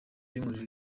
y’umuriro